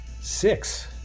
six